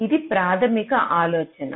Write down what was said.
కాబట్టి ఇది ప్రాథమిక ఆలోచన